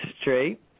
straight